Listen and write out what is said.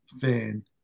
fan